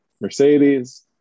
Mercedes